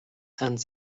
and